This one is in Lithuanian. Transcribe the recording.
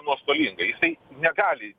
nuostolingai jisai negali